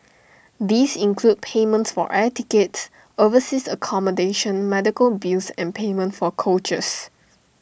these include payments for air tickets overseas accommodation medical bills and payment for coaches